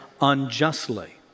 unjustly